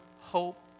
hope